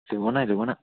ലോണ ലോണ